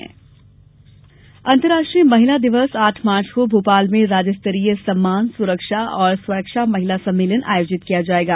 महिला सम्मेलन अंतर्राष्ट्रीय महिला दिवस आठ मार्च को भोपाल में राज्य स्तरीय सम्मान सुरक्षा और स्वरक्षा महिला सम्मेलन आयोजित किया जायेगा